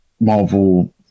Marvel